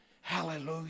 Hallelujah